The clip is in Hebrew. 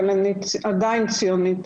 אבל אני עדיין ציונית,